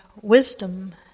wisdom